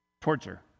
torture